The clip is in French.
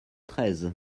treize